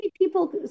people